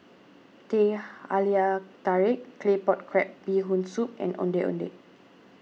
Teh Halia Tarik Claypot Crab Bee Hoon Soup and Ondeh Ondeh